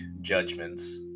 judgments